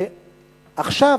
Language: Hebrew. ועכשיו,